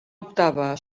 octava